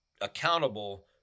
accountable